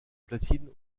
platine